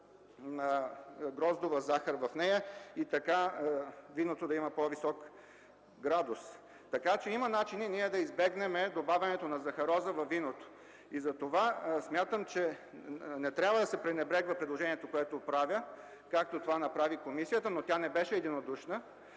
на гроздова захар в нея и виното да има по-висок градус. Има начини да избегнем добавянето на захароза във виното. Смятам, че не трябва да се пренебрегва предложението, което правя, както това направи комисията, но тя не беше единодушна.